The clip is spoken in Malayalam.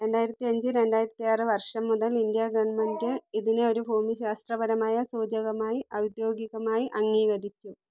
രണ്ടായിരത്തി അഞ്ച് രണ്ടായിരത്തി ആറ് വർഷം മുതൽ ഇന്ത്യ ഗവൺമെൻറ്റ് ഇതിനെ ഒരു ഭൂമിശാസ്ത്രപരമായ സൂചകമായി ഔദ്യോഗികമായി അംഗീകരിച്ചു